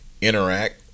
interact